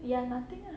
ya nothing lah